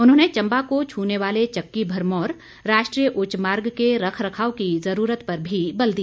उन्होंने चंबा को छूने वाले चक्की भरमौर राष्ट्रीय उच्च मार्ग के रखरखाव की जरूरत पर भी बल दिया